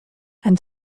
and